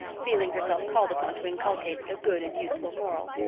feeling herself called upon to inculcate a good and useful moral.